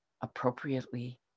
appropriately